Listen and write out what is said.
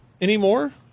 anymore